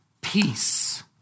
peace